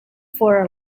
for